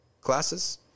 classes